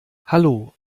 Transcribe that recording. hallo